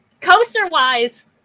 Coaster-wise